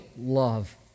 love